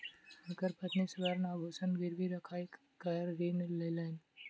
हुनकर पत्नी स्वर्ण आभूषण गिरवी राइख कअ ऋण लेलैन